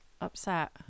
upset